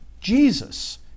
Jesus